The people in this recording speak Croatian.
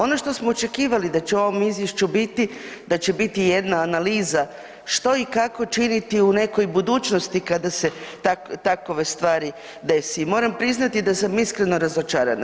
Ono što smo očekivali da će u ovom izvješću biti, da će biti jedna analiza što i kako činiti u nekoj budućnosti kada se takve stvari dese i moram priznati da sam iskreno razočarana.